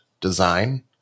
design